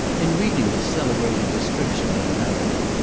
in reading this celebrated description in america,